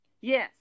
Yes